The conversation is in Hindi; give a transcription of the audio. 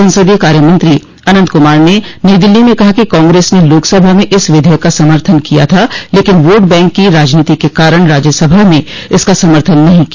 संसदीय कार्यमंत्री अनंत कूमार ने नई दिल्ली में कहा कि कांग्रेस ने लोकसभा में इस विधेयक का समर्थन किया था लेकिन वोट बैंक की राजनीति के कारण राज्यसभा में इसका समर्थन नहीं किया